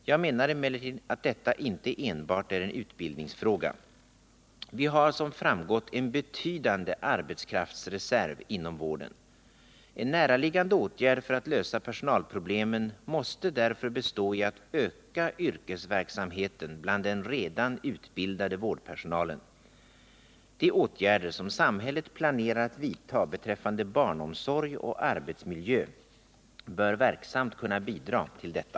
Jag menar emellertid att detta inte enbart är en utbildningsfråga. Vi har, som framgått, en betydande arbetskraftsreserv inom vården. En närliggande åtgärd för att lösa personalproblemen måste därför bestå i att öka yrkesverksamheten bland den redan utbildade vårdpersonalen. De åtgärder som samhället planerar att vidta beträffande barnomsorg och arbetsmiljö bör verksamt kunna bidra till detta.